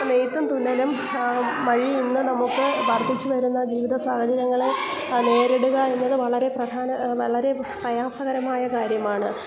നെയ്ത്തും തുന്നലും വഴി ഇന്ന് നമ്മൾക്ക് വർദ്ധിച്ചു വരുന്ന വിവിധ സാഹചര്യങ്ങളെ നേരിടുക എന്നത് വളരെ പ്രധാന വളരെ പ്രയാസകരമായ കാര്യമാണ്